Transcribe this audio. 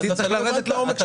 אז אני שותף בעסק,